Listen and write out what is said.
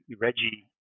Reggie